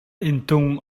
inntung